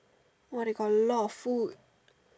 !wah! they got lot of food